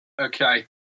okay